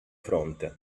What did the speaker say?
fronte